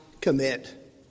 commit